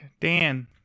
Dan